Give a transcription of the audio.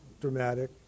Dramatic